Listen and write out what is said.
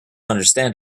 understand